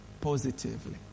positively